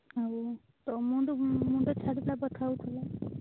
ଆଉ ତୋ ମୁଣ୍ଡକୁ ମୁଣ୍ଡ ଛାଡ଼ିଲା ଦେଖା ଯାଉଥିଲା